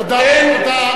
תודה.